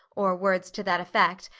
or words to that effect,